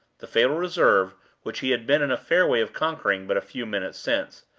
the fatal reserve which he had been in a fair way of conquering but a few minutes since,